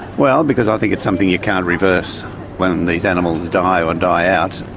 well, because i think it's something you can't reverse when these animals die or die out,